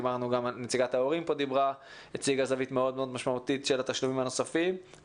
גם נציגת ההורים הציגה פה זווית מאוד משמעותית של התשלומים הנוספים.